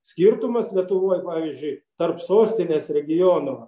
skirtumas lietuvoj pavyzdžiui tarp sostinės regiono